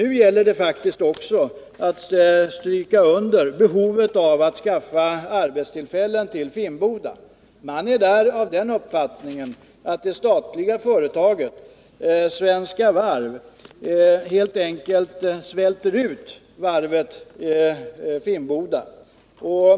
Nu gäller det att också stryka under behovet att skaffa arbetstillfällen till Finnboda. Man är där av den uppfattningen att det statliga företaget Svenska Varv helt enkelt svälter ut Finnboda Varv.